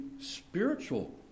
spiritual